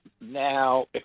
now